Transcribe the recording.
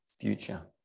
future